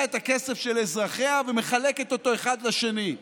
את הכסף של אזרחיה ומחלקת אותו אחד לשני.